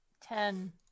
Ten